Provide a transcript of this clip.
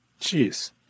Jeez